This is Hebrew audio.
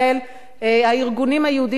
הארגונים היהודיים שהזמינו אותי,